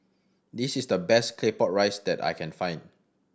this is the best Claypot Rice that I can find